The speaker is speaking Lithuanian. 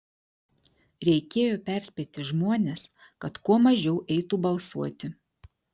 reikėjo perspėti žmones kad kuo mažiau eitų balsuoti